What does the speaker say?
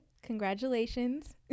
congratulations